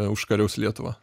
užkariaus lietuvą